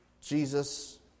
Jesus